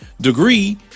degree